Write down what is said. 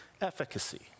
efficacy